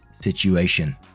situation